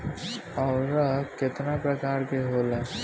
उर्वरक केतना प्रकार के होला?